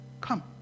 come